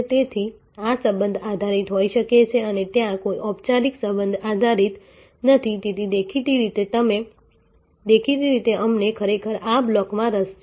તેથી આ સંબંધ આધારિત હોઈ શકે છે અને ત્યાં કોઈ ઔપચારિક સંબંધ આધારિત નથી તેથી દેખીતી રીતે અમને ખરેખર આ બ્લોકમાં રસ છે